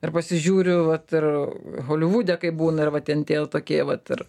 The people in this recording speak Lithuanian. ir pasižiūriu vat ir holivude kaip būna ir va ten tie tokie vat ir